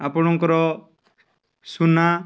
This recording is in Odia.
ଆପଣଙ୍କର ସୁନା